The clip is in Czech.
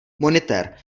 monitér